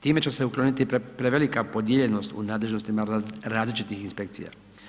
Time će se ukloniti prevelika podijeljenost u nadležnostima različitih inspekcija.